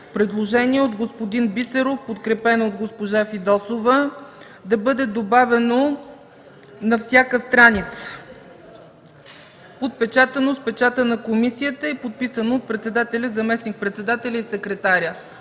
предложение от господин Бисеров, подкрепено от госпожа Фидосова, да бъде добавено „на всяка страница” – подпечатано с печата на комисията и подписано от председателя, заместник-председателя и секретаря.